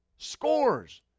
Scores